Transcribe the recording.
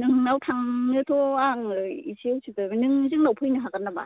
नोंनाव थांनोथ' आङो एसे उसुबिदा नों जोंनाव फैनो हागोन नामा